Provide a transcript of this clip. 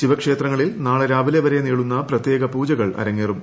ശിവക്ഷേത്രങ്ങളിൽ നാളെ രാവിലെ വരെ നീളുന്ന പ്രത്യേക പൂജകൾ അരങ്ങേറും